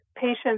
patients